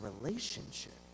relationship